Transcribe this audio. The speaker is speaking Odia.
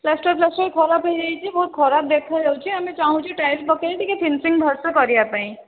ପ୍ଳାଷ୍ଟର୍ ଫ୍ଲାଷ୍ଟର୍ ଖରାପ ହେଇଯାଇଛି ବହୁତ ଖରାପ ଦେଖାଯାଉଛି ଆମେ ଚାହୁଁଛୁ ଟାଇଲସ୍ ପକାଇ ଟିକେ ଫିନିସିଙ୍ଗ ଭଲ ସେ କରିବା ପାଇଁ